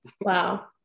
Wow